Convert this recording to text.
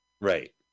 Right